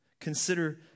Consider